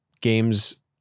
games